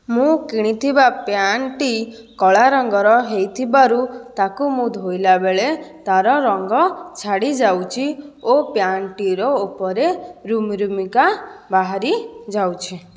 ମୁଁ କିଣିଥିବା ପ୍ୟାଣ୍ଟଟି କଳା ରଙ୍ଗର ହୋଇଥିବାରୁ ତାକୁ ମୁଁ ଧୋଇଲାବେଳେ ତା'ର ରଙ୍ଗ ଛାଡ଼ିଯାଉଛି ଓ ପ୍ୟାଣ୍ଟଟିର ଉପରେ ରୁମିରୁମିକା ବାହାରିଯାଉଛି